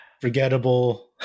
forgettable